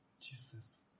Jesus